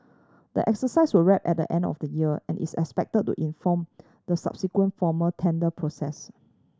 the exercise will wrap at the end of the year and is expected to inform the subsequent formal tender process